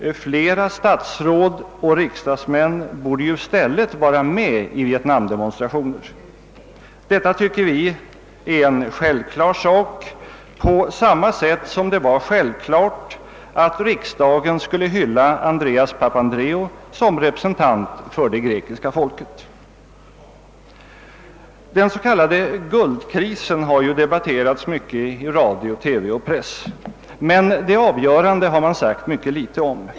Flera statsråd och riksdagsmän borde i stället delta i vietnamdemonstrationer. Detta tycker vi är en självklar sak på samma sätt som det var självklart att riksdagen skulle hylla Andreas Papan dreou som representant för det grekiska folket. Den s.k. guldkrisen har debatterats mycket i radio, TV och press, men det avgörande har man sagt mycket litet om.